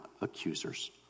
accusers